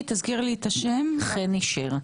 חני,